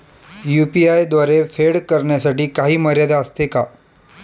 UPI द्वारे फेड करण्यासाठी काही मर्यादा असते का?